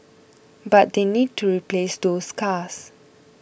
but they need to replace those cars